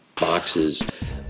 boxes